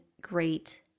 great